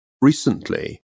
recently